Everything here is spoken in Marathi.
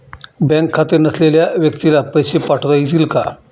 बँक खाते नसलेल्या व्यक्तीला पैसे पाठवता येतील का?